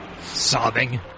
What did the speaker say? Sobbing